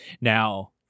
Now